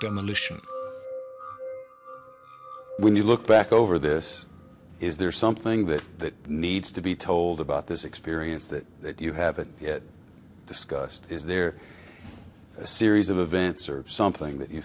demolition when you look back over this is there something that needs to be told about this experience that you haven't yet discussed is there this series of events are something that you